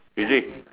you see